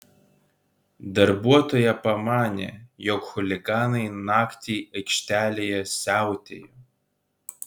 darbuotoja pamanė jog chuliganai naktį aikštelėje siautėjo